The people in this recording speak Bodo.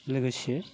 लोगोसे